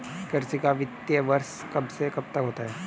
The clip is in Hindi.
कृषि का वित्तीय वर्ष कब से कब तक होता है?